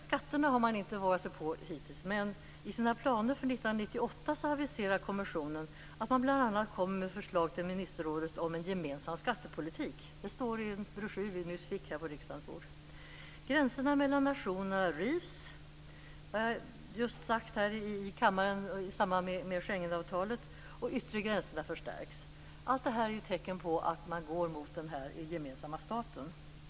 Skatterna har man hittills inte vågat sig på, men i sina planer för 1998 aviserar kommissionen att man bl.a. kommer med förslag till ministerrådet om en gemensam skattepolitik. Det står i en broschyr vi nyss fick på riksdagens bord. Gränserna mellan nationerna rivs - det har jag nyligen talat om här i kammaren i samband med debatten om Schengenavtalet - och de yttre gränserna förstärks. Allt det här är tecken på att man går mot den här gemensamma staten.